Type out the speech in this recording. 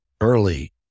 early